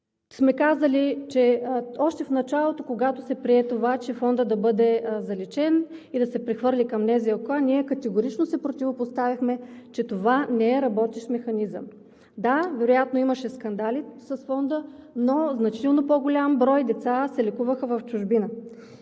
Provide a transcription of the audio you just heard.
кампании. Още в началото, когато се прие Фондът да бъде заличен и да се прехвърли към НЗОК, ние категорично се противопоставихме, че това не е работещ механизъм. Да, вероятно имаше скандали с Фонда, но значително по-голям брой деца се лекуваха в чужбина.